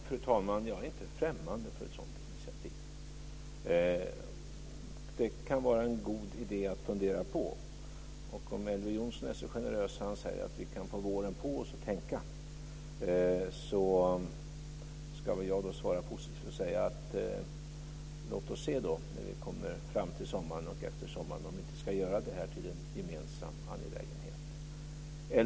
Fru talman! Jag är inte främmande för ett sådant initiativ. Det kan vara en god idé att fundera på. Om Elver Jonsson är så generös och säger att vi kan få våren på oss att tänka, ska jag väl svara positivt och säga att vi får se när vi kommer fram till sommaren och efter sommaren om vi inte ska göra detta till en gemensam angelägenhet.